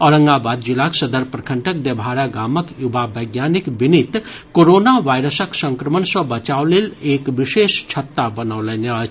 औरंगाबाद जिलाक सदर प्रखंडक देवहारा गामक युवा वैज्ञानिक विनीत कोरोना वायरसक संक्रमण सॅ बचाव लेल एक विशेष छत्ता बनौलनि अछि